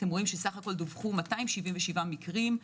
סך הכול דווחו 277 מקרים,